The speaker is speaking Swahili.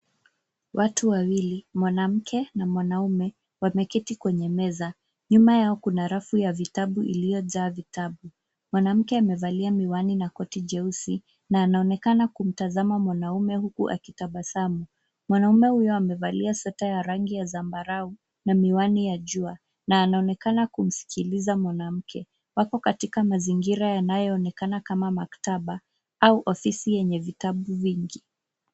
Watu wawili mwanamke na mwanaume wameketi kwenye meza. Nyuma yao kuna rafu ya vitabu iliyojaa vitabu. Mwanamke amevalia miwani na koti jeusi na anaonekana kumtazama mwanaume huku akitabasamu. Mwanaume huyo amevalia sweta ya rangi ya zambarau na miwani ya jua na anaonekana kumsikiliza mwanamke. Wako katika mazingira yanayoonekana kuwa maktaba au ofisi yenye vitabu vingi.